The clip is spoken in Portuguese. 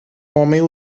homem